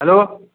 hello